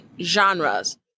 genres